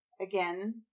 Again